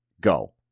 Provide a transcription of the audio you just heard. go